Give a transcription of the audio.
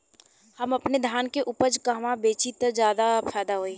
हम अपने धान के उपज कहवा बेंचि त ज्यादा फैदा होई?